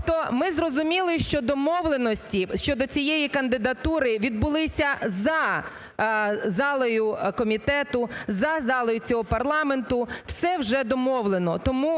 Тобто ми зрозуміли, що домовленості щодо цієї кандидатури відбулися за залою комітету, за залою цього парламенту, все вже домовлено.